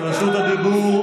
אתה לא מסתדר בלעדינו כלום.